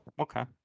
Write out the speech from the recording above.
okay